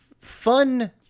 fun